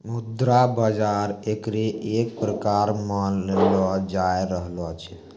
मुद्रा बाजार एकरे एक प्रकार मानलो जाय रहलो छै